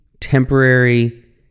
temporary